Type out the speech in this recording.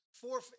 four